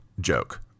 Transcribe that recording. joke